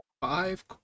Five